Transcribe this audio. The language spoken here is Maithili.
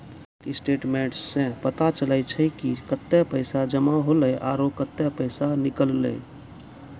बैंक स्टेटमेंट्स सें पता चलै छै कि कतै पैसा जमा हौले आरो कतै पैसा निकललै